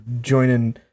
joining